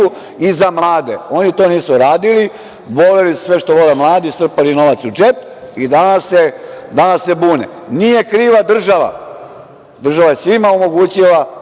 i za mlade. Oni to nisu radili, voleli su sve što vole mladi, strpali novac u džep i danas se bune. Nije kriva država, država je svima omogućila